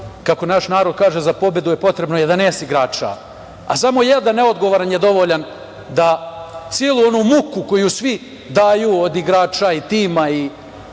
kako naš narod kaže – za pobedu je potrebno 11 igrača, a samo jedan neodgovoran je dovoljan da celu onu muku koju svi daju od igrača i tima i